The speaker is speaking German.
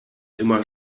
immer